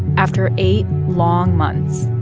after eight long months,